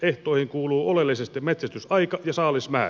ehtoihin kuuluu oleellisesti metsästysaika ja saalismäärä